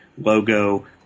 logo